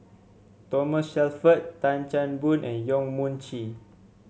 Thomas Shelford Tan Chan Boon and Yong Mun Chee